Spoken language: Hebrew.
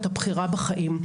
את הבחירה בחיים.